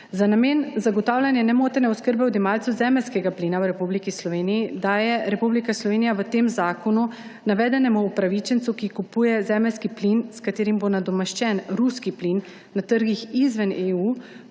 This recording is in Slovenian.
Za namen zagotavljanja nemotene oskrbe odjemalcev zemeljskega plina v Republiki Sloveniji daje Republika Slovenija v tem zakonu navedenemu upravičencu, ki kupuje zemeljski plin, s katerim bo nadomeščen ruski plin, na trgih izven EU,